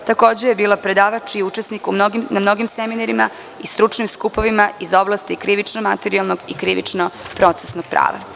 Bila je predavač i učesnik na mnogim seminarima i stručnim skupovima iz oblasti krivično-materijalnog i krivično-procesnog prava.